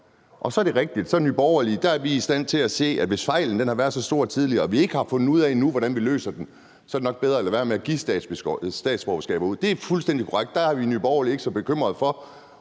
Så er det rigtigt, at i Nye Borgerlige er vi i stand til at se, at hvis fejlen har været så stor tidligere og vi endnu ikke har fundet ud af, hvordan vi løser den, så er det nok bedre at lade være med at give statsborgerskaber ud. Det er fuldstændig korrekt. Der er vi i Nye Borgerlige ikke så bekymret for